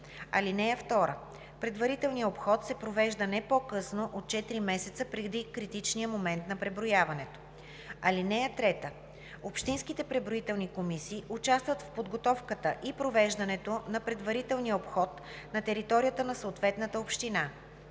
(2) Предварителният обход се провежда не по-късно от 4 месеца преди критичния момент на преброяването. (3) Общинските преброителни комисии участват в подготовката и провеждането на предварителния обход на територията на съответната община.